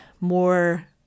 more